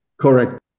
Correct